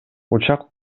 учак